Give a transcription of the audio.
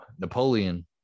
Napoleon